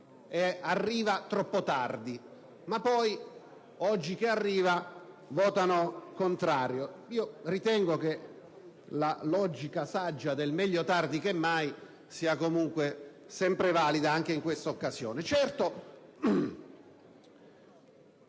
arriva troppo tardi e oggi, poi, che è arrivato votano contro. Ritengo che la logica saggia del "meglio tardi che mai" sia comunque sempre valida, anche in questa occasione.